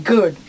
Good